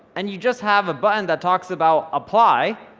and you just have a button that talks about apply,